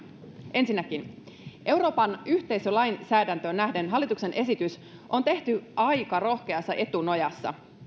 ensinnäkin euroopan yhteisölainsäädäntöön nähden hallituksen esitys on tehty aika rohkeassa etunojassa